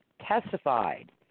testified